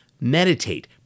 Meditate